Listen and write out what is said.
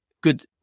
good